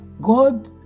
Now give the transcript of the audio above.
God